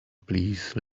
please